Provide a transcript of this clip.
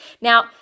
Now